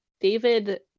David